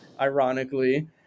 ironically